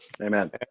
Amen